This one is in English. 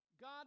God